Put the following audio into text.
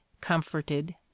comforted